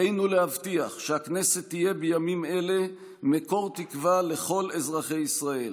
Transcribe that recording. עלינו להבטיח שהכנסת תהיה בימים אלו מקור תקווה לכל אזרחי ישראל,